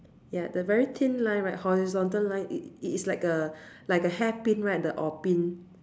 ya the very thin line right horizontal line it is like a like a hairpin right the orh pin